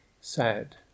sad